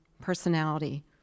personality